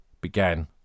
began